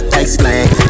explain